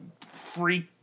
freak